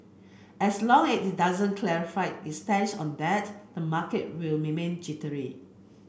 as long as it doesn't clarify its stance on that the market will remain jittery